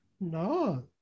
No